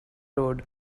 road